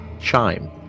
chime